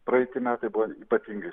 praeiti metai buvo ypatingi